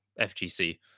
fgc